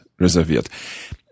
reserviert